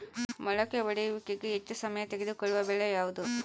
ಮೊಳಕೆ ಒಡೆಯುವಿಕೆಗೆ ಹೆಚ್ಚು ಸಮಯ ತೆಗೆದುಕೊಳ್ಳುವ ಬೆಳೆ ಯಾವುದು?